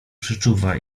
przeczuwa